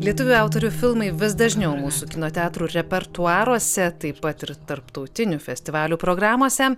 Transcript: lietuvių autorių filmai vis dažniau musų kino teatrų repertuaruose taip pat ir tarptautinių festivalių programose